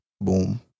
Boom